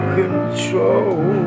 control